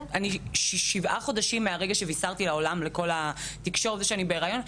שבעה חודשים מאז שבישרתי לעולם שאני בהיריון,